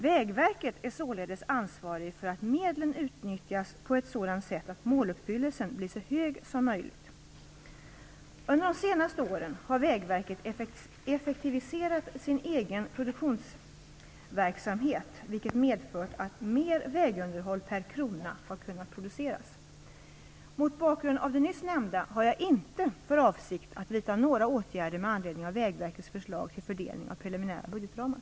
Vägverket är således ansvarigt för att medlen utnyttjas på ett sådant sätt att måluppfyllelsen blir så hög som möjligt. Under de senaste åren har Vägverket effektiviserat sin egen produktionsverksamhet, vilket medfört att mer vägunderhåll per krona har kunnat produceras. Mot bakgrund av det nyss nämnda har jag inte för avsikt att vidta några åtgärder med anledning av Vägverkets förslag till fördelning av preliminära budgetramar.